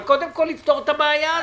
אבל קודם כל נפתור את הבעיה הזאת.